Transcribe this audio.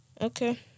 Okay